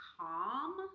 calm